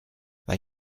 they